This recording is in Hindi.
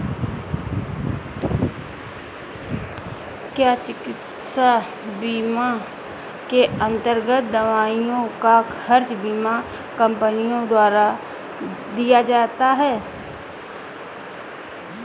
क्या चिकित्सा बीमा के अन्तर्गत दवाइयों का खर्च बीमा कंपनियों द्वारा दिया जाता है?